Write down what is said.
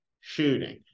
shooting